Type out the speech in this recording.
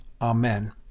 Amen